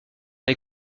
les